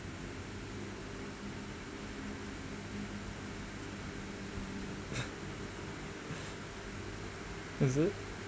is it